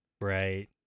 right